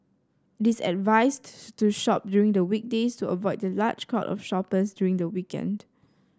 it is advised to shop during the weekdays to avoid the large crowd of shoppers during the weekend